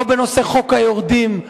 לא בנושא חוק היורדים,